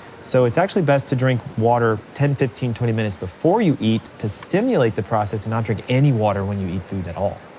so it's actually best to drink water ten, fifteen, twenty minutes before you eat to stimulate the process, and not drink any water when you eat food at all.